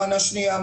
מנה שנייה,